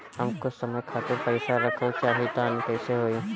हम कुछ समय खातिर पईसा रखल चाह तानि कइसे होई?